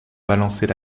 balançait